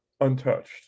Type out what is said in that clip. untouched